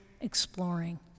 exploring